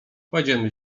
kładziemy